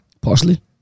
Parsley